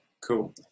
cool